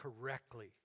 correctly